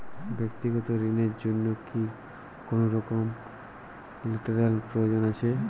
ব্যাক্তিগত ঋণ র জন্য কি কোনরকম লেটেরাল প্রয়োজন আছে?